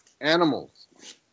animals